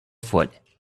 foot